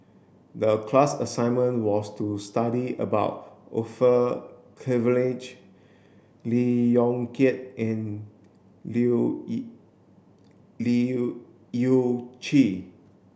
the class assignment was to study about Orfeur Cavenagh Lee Yong Kiat and Leu Yew Chye